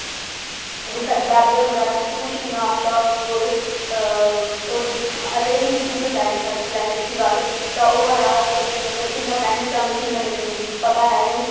weather बगैरा सब कुश इन्ना अच्चा ऐ होर असैं दुए प्लैनट दी गल्ल तां ओ एह् इन्ना प्लैंट दा मिगी नेईं पता ऐ कि